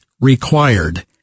required